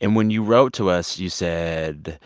and when you wrote to us, you said